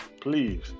please